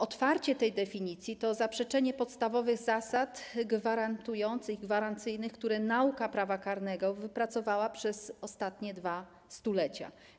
Otwarcie tej definicji to zaprzeczenie podstawowych zasad gwarantujących, gwarancyjnych, które nauka prawa karnego wypracowała przez ostatnie dwa stulecia.